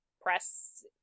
press